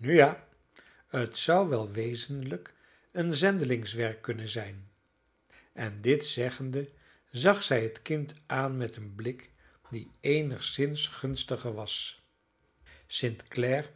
ja het zou wel wezenlijk een zendelingswerk kunnen zijn en dit zeggende zag zij het kind aan met een blik die eenigszins gunstiger was st clare